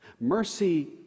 Mercy